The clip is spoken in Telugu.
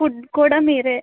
ఫుడ్ కూడా మీరే